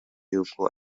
y’uko